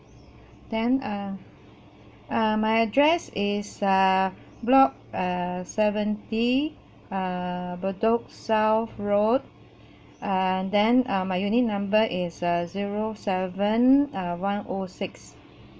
then uh uh my address is err block err seventy err bedok south road err then uh my unit number is uh zero seven uh one O six